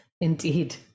indeed